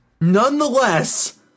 Nonetheless